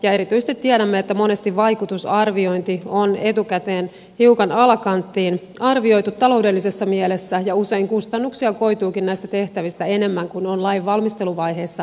erityisesti tiedämme että monesti vaikutusarviointi on etukäteen hiukan alakanttiin arvioitu taloudellisessa mielessä ja usein kustannuksia koituukin näistä tehtävistä enemmän kuin on lain valmisteluvaiheessa uumoiltu